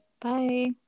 Bye